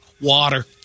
water